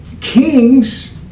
Kings